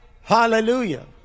Hallelujah